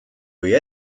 või